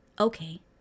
Okay